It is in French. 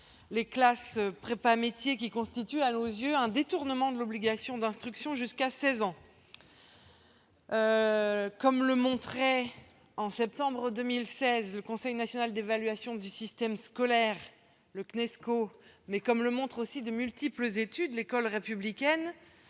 les classes « prépa-métiers », qui constituent à nos yeux un détournement de l'obligation d'instruction jusqu'à 16 ans. Comme le montrait, en septembre 2016, le Conseil national d'évaluation du système scolaire, le CNESCO, et comme le montrent aussi de multiples études, l'école républicaine